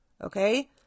Okay